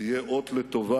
תהיה אות לטובה